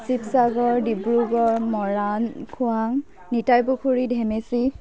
শিৱসাগৰ ডিব্ৰুগড় মৰাণ খোৱাং নিতাই পুখুৰী ধেমেচি